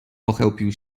pochełpił